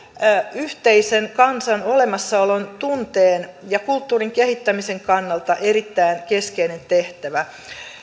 yhteisen kansan olemassaolon tunteen ja kulttuurin kehittämisen kannalta erittäin keskeinen tehtävä